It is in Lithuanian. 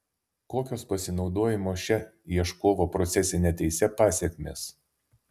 kokios pasinaudojimo šia ieškovo procesine teise pasekmės